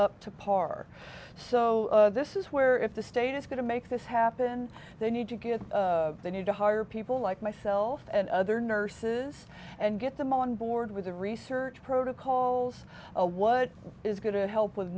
up to par so this is where if the state is going to make this happen they need to get they need to hire people like myself and other nurses and get them on board with the research protocols a what is going to help with